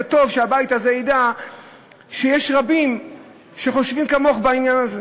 וטוב שהבית הזה ידע שיש רבים שחושבים כמוך בעניין הזה,